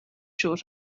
sure